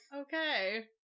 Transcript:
Okay